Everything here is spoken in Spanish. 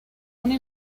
una